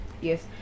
Yes